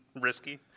risky